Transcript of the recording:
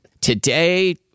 Today